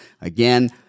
Again